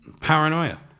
Paranoia